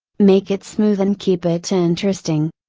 make it smooth and keep it interesting.